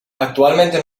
actualmente